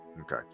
Okay